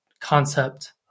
concept